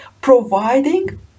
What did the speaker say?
providing